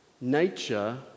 Nature